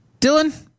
Dylan